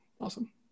Awesome